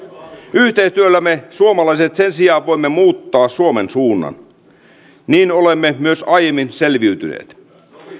yhteistyöllä me suomalaiset sen sijaan voimme muuttaa suomen suunnan niin olemme myös aiemmin selviytyneet